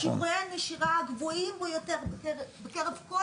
שיעורי הנשירה הגבוהים ביותר בקרב כל